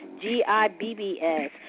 G-I-B-B-S